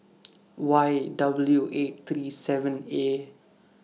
Y W eight three seven A